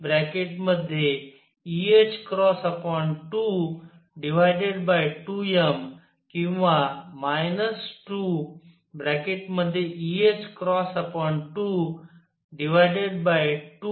आणि म्हणून sZ2eℏ22m किंवा 2eℏ22me